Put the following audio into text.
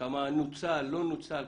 כמה נוצל או לא נוצל?